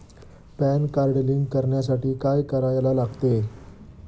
Pan card link करण्यासाठी काय करायला लागते?